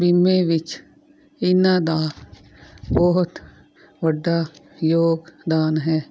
ਬੀਮੇ ਵਿੱਚ ਇਹਨਾਂ ਦਾ ਬਹੁਤ ਵੱਡਾ ਯੋਗਦਾਨ ਹੈ